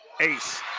ace